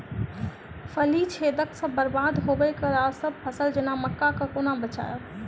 फली छेदक सँ बरबाद होबय वलासभ फसल जेना मक्का कऽ केना बचयब?